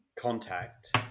Contact